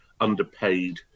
underpaid